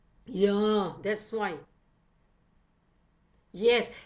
ya that's why yes